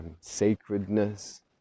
sacredness